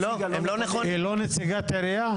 היא לא נציגת עירייה?